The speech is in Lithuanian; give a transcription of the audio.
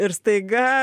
ir staiga